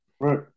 right